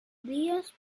días